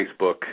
Facebook